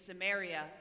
Samaria